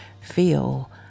feel